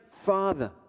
Father